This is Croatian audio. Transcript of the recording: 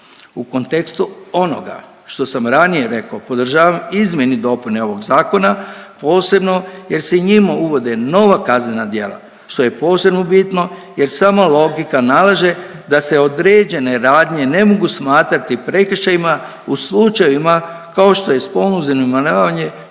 U kontekstu onoga što sam ranije rekao, podržavam izmjene i dopune ovog zakona, posebno jer se i njima uvode nova kaznena djela, što je posebno bitno jer sama logika nalaže da se određene radnje ne mogu smatrati prekršajima u slučajevima kao što je spolno uznemiravanje